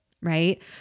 right